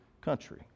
country